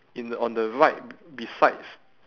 in the on the right besides